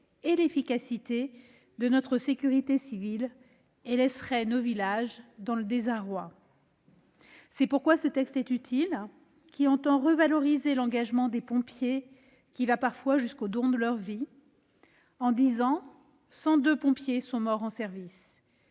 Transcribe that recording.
et l'efficacité de notre sécurité civile et laisserait nos villages dans le désarroi. C'est pourquoi ce texte est utile, qui entend revaloriser l'engagement des pompiers, lequel va parfois jusqu'au don de leur vie. En dix ans, 102 pompiers sont morts en service,